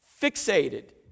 fixated